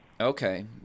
Okay